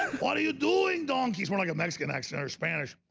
what are you doing donkeys? we're like a mexican accent or spanish?